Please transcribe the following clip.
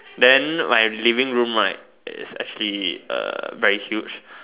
then my living room right it's actually uh very huge